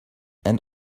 and